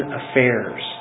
affairs